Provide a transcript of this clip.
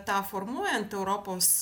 tą formuojant europos